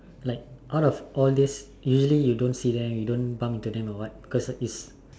like out of all days usually you don't see them you don't bump into them or what because is